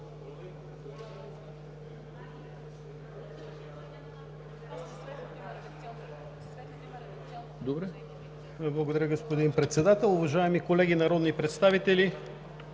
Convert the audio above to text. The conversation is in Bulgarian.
Благодаря, господин Председател. Уважаеми колеги народни представители!